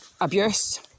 abuse